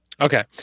Okay